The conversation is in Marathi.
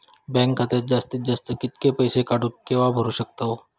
बँक खात्यात जास्तीत जास्त कितके पैसे काढू किव्हा भरू शकतो?